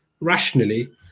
rationally